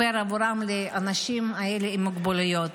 לאנשים האלה עם המוגבלויות.